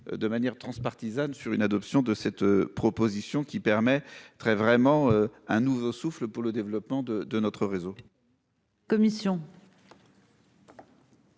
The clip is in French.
De manière transpartisane sur une adoption de cette proposition qui permet très vraiment un nouveau souffle pour le développement de de notre réseau.--